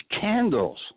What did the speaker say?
candles